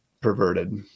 perverted